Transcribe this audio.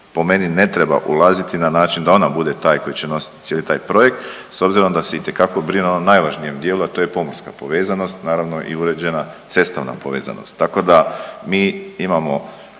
po meni ne treba ulaziti na način da ona bude taj koji će nositi cijeli taj projekt, s obzirom da se itekako brine o najvažnijem dijelu a to je pomorska povezanost, naravno i uređena cestovna povezanost. Tako da mi imamo